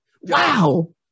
wow